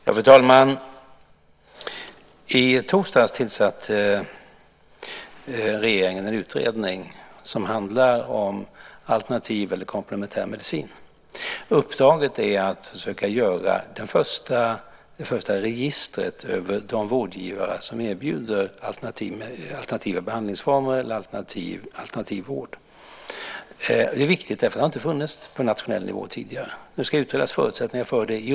Fru talman! I torsdags tillsatte regeringen en utredning som handlar om alternativ eller komplementär medicin. Uppdraget är att försöka göra det första registret över de vårdgivare som erbjuder alternativa behandlingsformer eller alternativ vård. Det är viktigt, därför att det har inte funnits på nationell nivå tidigare. Nu ska förutsättningarna för det utredas.